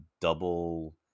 double